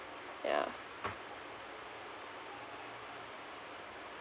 yeah